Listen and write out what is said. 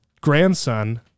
grandson